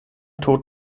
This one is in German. tod